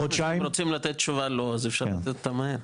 אם רוצים לתת תשובה של לא, אז אפשר לתת אותה מהר.